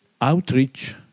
outreach